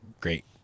Great